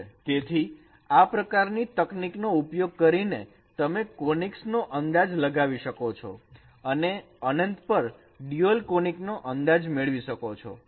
તેથી આ પ્રકાર ની તકનીક નો ઉપયોગ કરીને તમે કોનીકસ નો અંદાજ લગાવી શકો છો અને અનંત પર ડ્યુઅલ કોનીક નો અંદાજ મેળવી શકો છો